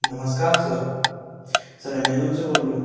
नमस्कार sir sir Amazon से बोल रहे हो